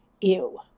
Ew